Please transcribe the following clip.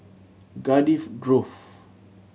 Cardiff Grove